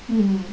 mm